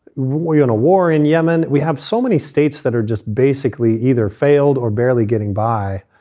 we're in a war in yemen. we have so many states that are just basically either failed or barely getting by.